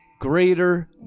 greater